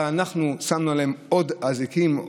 אבל אנחנו שמנו עליהן עוד אזיקים,